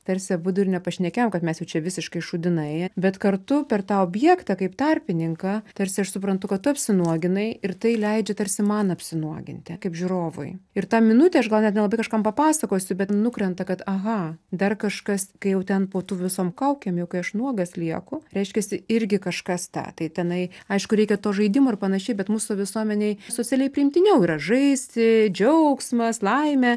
tarsi abudu ir nepašnekėjom kad mes jau čia visiškai šūdinai bet kartu per tą objektą kaip tarpininką tarsi aš suprantu kad tu apsinuoginai ir tai leidžia tarsi man apsinuoginti kaip žiūrovui ir tą minutę aš gal net nelabai kažkam papasakosiu bet nukrenta kad aha dar kažkas kai jau ten po tų visom kaukėm jau kai aš nuogas lieku reiškiasi irgi kažkas tą tai tenai aišku reikia to žaidimo ir panašiai bet mūsų visuomenėj socialiai priimtiniau yra žaisti džiaugsmas laimė